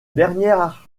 dernière